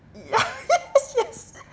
ya yes